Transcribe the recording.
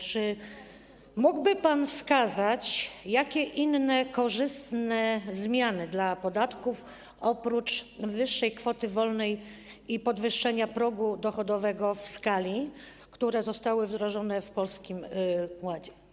Czy mógłby pan wskazać, jakie są inne korzystne zmiany dla podatników oprócz wyższej kwoty wolnej i podwyższenia progu dochodowego w skali, które zostały wdrożone w Polskim Ładzie?